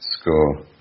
score